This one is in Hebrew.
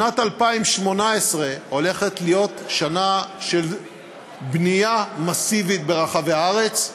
שנת 2018 הולכת להיות שנה של בנייה מסיבית ברחבי הארץ,